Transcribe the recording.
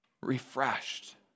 refreshed